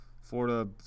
Florida